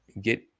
get